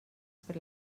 per